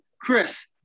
Chris